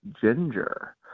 Ginger